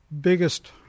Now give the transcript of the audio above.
biggest